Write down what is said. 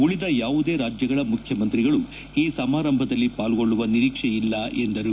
ಉಳಿದ ಯಾವುದೇ ರಾಜ್ಯಗಳ ಮುಖ್ಯಮಂತ್ರಿಗಳು ಈ ಸಮಾರಂಭದಲ್ಲಿ ಪಾಲ್ಗೊಳ್ಳುವ ನಿರೀಕ್ಷೆಯಿಲ್ಲ ಎಂದರು